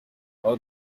aho